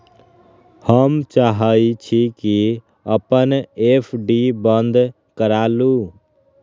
हम चाहई छी कि अपन एफ.डी बंद करा लिउ